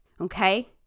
Okay